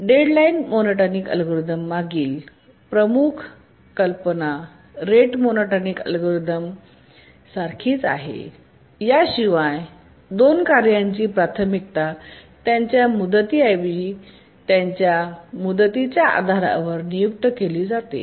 deadline monotonic अल्गोरिदममागील मुख्य कल्पना रेट मोनोटोनिक अल्गोरिदम सारखीच आहे याशिवाय 2 कार्यांची प्राथमिकता त्यांच्या मुदतीऐवजी त्यांच्या मुदतीच्या आधारावर नियुक्त केली जाते